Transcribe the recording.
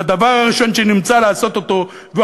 והדבר הראשון שנמצא לעשות אותו והוא